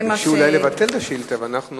לא, ביקשו אולי לבטל את השאילתא ואנחנו